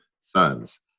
sons